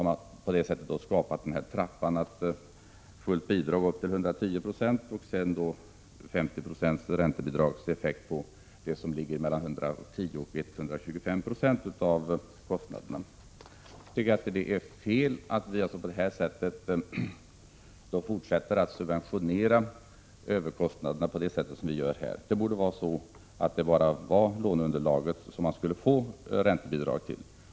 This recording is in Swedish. Man ger fullt bidrag upp till 110 26 och sedan 50 96 räntebidragseffekt mellan 110 och 125 96 av kostnaderna. Jag tycker det är fel att vi på detta sätt fortsätter att subventionera överkostnaderna. Bara låneunderlaget borde ge räntebidrag.